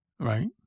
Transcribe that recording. Right